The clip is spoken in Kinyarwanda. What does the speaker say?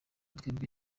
twebwe